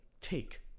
take